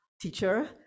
Teacher